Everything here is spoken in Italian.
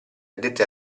addetti